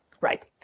Right